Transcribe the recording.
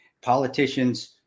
Politicians